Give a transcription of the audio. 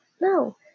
No